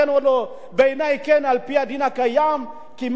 על-פי הדין הקיים, כמעט לא ניתן לעשות שום דבר.